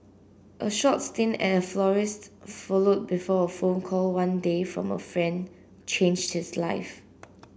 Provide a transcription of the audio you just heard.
a short stint at a florist's followed before a phone call one day from a friend changed his life